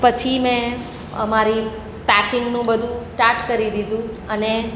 પછી મેં અમારી પેકિંગનું બધુ સ્ટાટ કરી દીધું અને